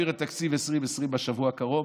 להעביר את תקציב 2020 בשבוע הקרוב,